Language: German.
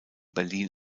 berlin